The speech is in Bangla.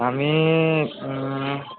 আমিই